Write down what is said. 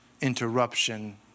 interruption